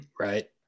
Right